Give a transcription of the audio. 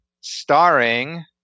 starring